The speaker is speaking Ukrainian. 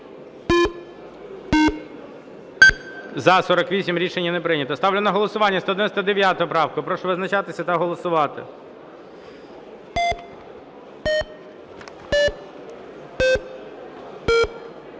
За-48 Рішення не прийнято. Ставлю на голосування 199 правку. Прошу визначатися та голосувати.